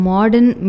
Modern